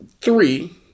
three